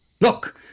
Look